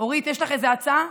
אורית, יש לך איזו הצעה?